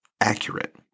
accurate